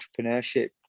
entrepreneurship